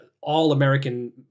all-American